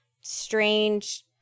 strange